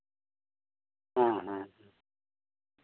ᱦᱮᱸ ᱦᱮᱸ